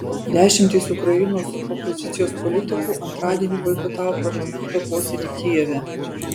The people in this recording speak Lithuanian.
dešimtys ukrainos opozicijos politikų antradienį boikotavo parlamento posėdį kijeve